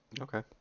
Okay